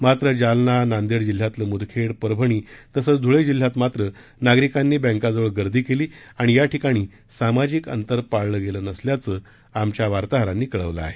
मात्र जालना नांदेड जिल्ह्यातलं म्दखेड परभणी तसेच ध्ळे जिल्ह्यात मात्र नागरिकांनी बँकांजवळ गर्दी केली आणि याठिकाणी सामाजिक आंतर पाळलं गेलं नसल्याचं आमच्या वार्ताहरांनी कळवलं आहे